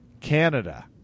Canada